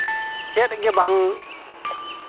ᱪᱮᱫ ᱜᱮ ᱵᱟᱝ